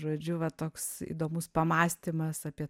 žodžiu va toks įdomus pamąstymas apie